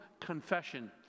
confession